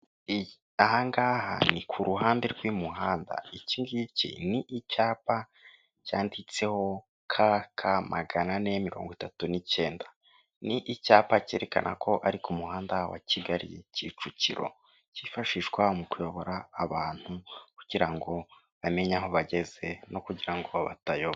Ahangaha ni ku ruhande rw'umuhanda, iki ni icyapa cyanditseho K K maganane mirongo itatu n'ikenda, ni icyapa kerekana ko ari ku muhanda wa Kigali Kicukiro, kifashishwa mu kuyobora abantu kugira ngo bamenye aho bageze no kugira ngo batayoba.